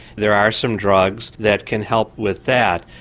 there are some drugs that can help with that.